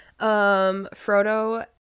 Frodo